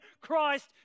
Christ